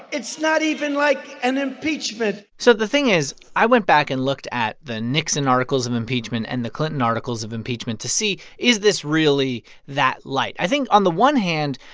it's not even like an impeachment so the thing is, i went back and looked at the nixon articles of impeachment and the clinton articles of impeachment to see, is this really that light? i think on the one hand,